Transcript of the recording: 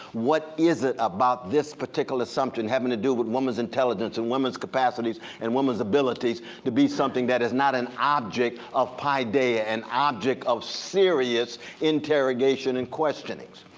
what is it about this particular assumption having to do with women's intelligence and women's capacities and women's abilities to be something that is not an object of paideia, an object of serious interrogation and questionings?